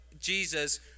Jesus